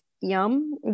yum